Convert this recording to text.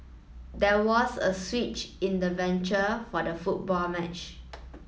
there was a switch in the venture for the football match